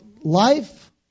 life